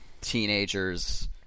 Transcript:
teenagers